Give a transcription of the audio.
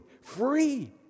Free